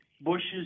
Bushes